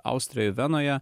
austrijoje venoje